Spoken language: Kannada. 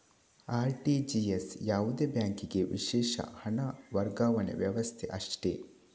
ಆರ್.ಟಿ.ಜಿ.ಎಸ್ ಯಾವುದೇ ಬ್ಯಾಂಕಿಗೆ ವಿಶೇಷ ಹಣ ವರ್ಗಾವಣೆ ವ್ಯವಸ್ಥೆ ಅಷ್ಟೇ